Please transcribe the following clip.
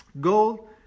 gold